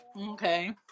Okay